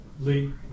Lee